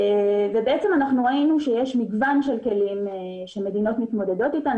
וראינו שיש מגוון של כלים שמדינות מתמודדות איתם.